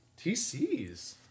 TCs